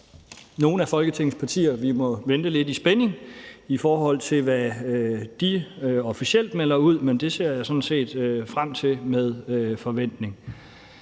nogle af Folketingets partier, vi må vente lidt i spænding på, i forhold til hvad de officielt melder ud, men det ser jeg sådan set frem til med forventning.